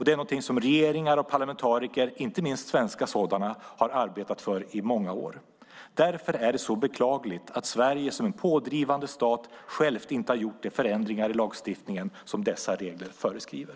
Det är någonting som regeringar och parlamentariker, inte minst svenska sådana, har arbetat för i många år. Därför är det så beklagligt att Sverige som pådrivande stat inte självt har gjort de förändringar i lagstiftningen som dessa regler föreskriver.